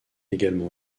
également